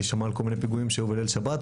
היא שמעה על כל מיני פיגועים שהיו בליל שבת.